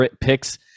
picks